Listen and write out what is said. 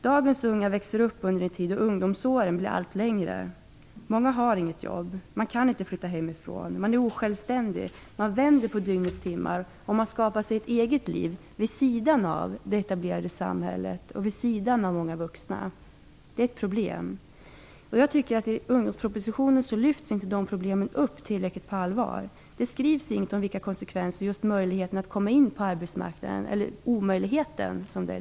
Dagens unga växer upp under en tid då ungdomsåren blir allt längre. Många har inget jobb. De kan inte flytta hemifrån, är osjälvständiga, vänder på dygnets timmar och skapar sig ett eget liv vid sidan av det etablerade samhället och vid sidan av många vuxna. Det är ett problem. I ungdomspropositionen lyfts inte de problemen fram tillräckligt. Det skrivs inget om vilka konsekvenser möjligheten -- eller omöjligheten -- att komma in på arbetsmarknaden för med sig.